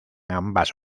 ambas